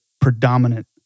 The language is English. predominant